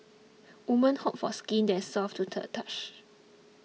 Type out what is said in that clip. woman hope for skin that is soft to the touch